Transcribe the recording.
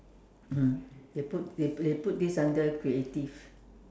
ah they put they they put this under creative